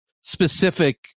specific